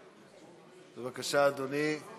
בבקשה, אדוני.